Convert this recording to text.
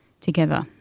together